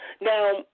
Now